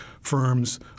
firms